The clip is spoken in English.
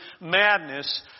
madness